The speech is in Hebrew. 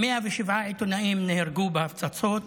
107 עיתונאים נהרגו בהפצצות